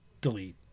delete